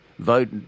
Vote